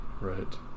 right